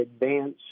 advance